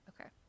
Okay